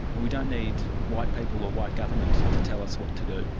and we don't need white people or white government to tell us what to do.